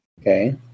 Okay